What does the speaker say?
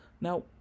Now